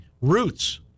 roots